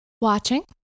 watching